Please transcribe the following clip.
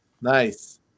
Nice